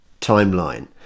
timeline